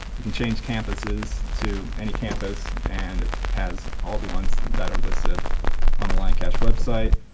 you can change campuses to any campus and it has all the ones that are listed on the lion cash website.